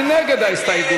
מי נגד ההסתייגות?